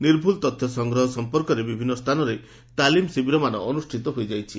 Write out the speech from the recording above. ନିର୍ଭୁଲ୍ ତଥ୍ୟ ସଂଗ୍ରହ ସମ୍ପର୍କରେ ବିଭିନ୍ନ ସ୍ଚାନରେ ତାଲିମ୍ ଶିବିରମାନ ଅନୁଷ୍ଠିତ ହୋଇଯାଇଛି